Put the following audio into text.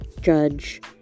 judge